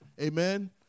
Amen